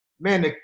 man